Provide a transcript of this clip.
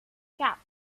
quatre